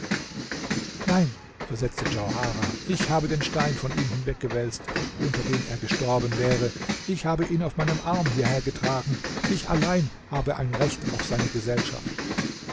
nein versetzte djauharah ich habe den stein von ihm hinweggewälzt unter dem er gestorben wäre ich habe ihn auf meinem arm hierhergetragen ich allein habe ein recht auf seine gesellschaft